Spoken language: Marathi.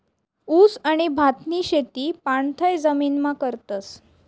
ऊस आणि भातनी शेती पाणथय जमीनमा करतस